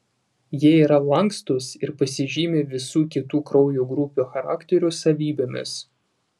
jie yra lankstūs ir pasižymi visų kitų kraujo grupių charakterio savybėmis